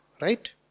right